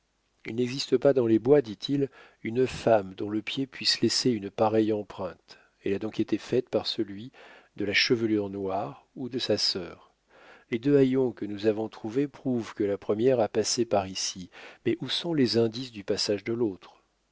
il n'existe pas dans les bois dit-il une femme dont le pied puisse laisser une pareille empreinte elle a donc été faite par celui de la chevelure noire ou de sa sœur les deux haillons que nous avons trouvés prouvent que la première a passé par ici mais où sont les indices du passage de l'autre